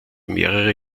mehrere